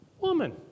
Woman